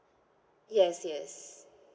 yes yes